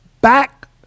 back